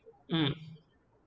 mm